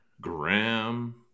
Graham